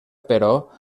però